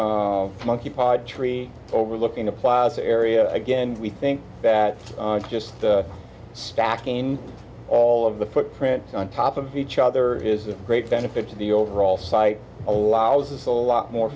monkey pod tree overlooking the plaza area again we think that just stacking all of the footprint on top of each other is a great benefit to the overall site allows us a lot more